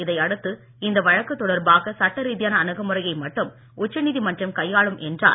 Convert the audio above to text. இதை அடுத்து இந்த தொடர்பாக சட்டரீதியான அணுகுமுறையை மட்டும் வழக்கு உச்சநீதிமன்றம் கையாளும் என்றார்